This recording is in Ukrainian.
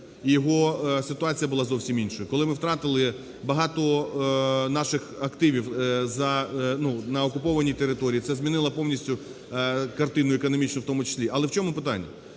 його ситуація була зовсім іншою. Коли ми втратили багато наших активів на окупованій території, це змінило повністю картину, економічну в тому числі. Але в чому питання?